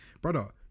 brother